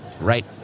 Right